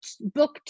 book